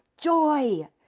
joy